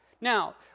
Now